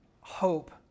hope